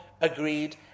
agreed